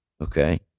Okay